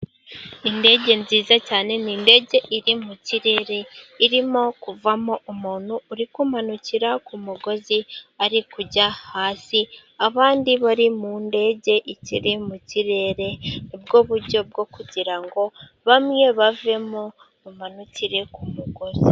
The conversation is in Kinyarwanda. Indege nziza cyane, ni indege iri mu kirere irimo kuvamo umuntu uri kumanukira k'umugozi ari kujya hasi, abandi bari mu ndege ikiri mu kirere, ni bwo buryo bwo kugira ngo bamwe bavemo bamanukire k'umugozi.